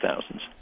thousands